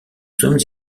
sommes